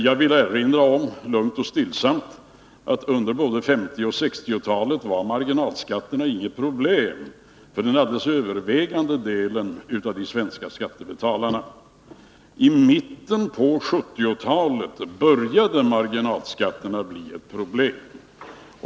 Jag vill lugnt och stillsamt erinra om att under både 1950 och 1960-talen var marginalskatten inget problem för den alldeles övervägande delen av de svenska skattebetalarna. I mitten på 1970-talet började marginalskatterna att bli ett problem.